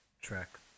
Track